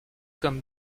comme